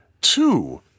two